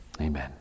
Amen